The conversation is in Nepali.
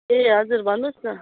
ए हजुर भन्नुहोस् न